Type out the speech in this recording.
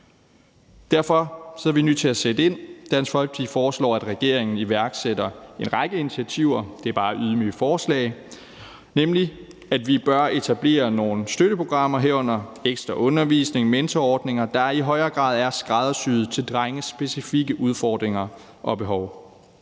Derfor er vi nødt til at sætte ind. Dansk Folkeparti foreslår, at regeringen iværksætter en række initiativer – det er bare ydmyge forslag – nemlig at vi bør etablere nogle støtteordninger, herunder ekstraundervisning og mentorordninger, der i højere grad er skræddersyet til drenges specifikke udfordringer og behov.